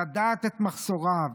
לדעת את מחסוריו,